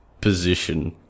position